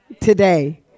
today